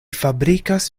fabrikas